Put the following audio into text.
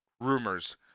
rumors